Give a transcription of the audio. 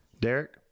Derek